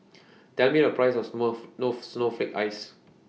Tell Me The Price of Snowflake Ice